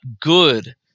good